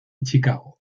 chicago